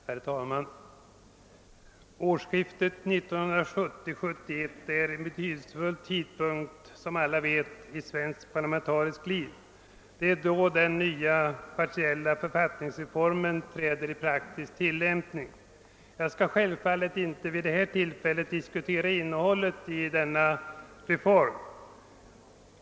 Herr talman! Årsskiftet 1970—1971 är som alla vet en betydelsefull tidpunkt i svenskt parlamentariskt liv. Det är då den nya partiella författningsreformen träder i praktisk tillämpning. Jag skall självfallet inte vid detta tillfälle diskutera innehållet i reformen.